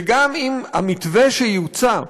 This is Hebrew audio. וגם אם המתווה שיוצא,